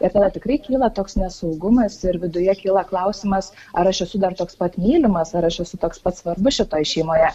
ir tada tikrai kyla toks nesaugumas ir viduje kyla klausimas ar aš esu dar toks pat mylimas ar aš esu toks pat svarbus šitoj šeimoje